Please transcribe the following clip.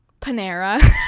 Panera